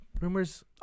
rumors